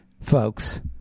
folks